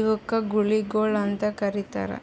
ಇವುಕ್ ಗೂಳಿಗೊಳ್ ಅಂತ್ ಕರಿತಾರ್